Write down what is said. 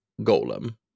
Golem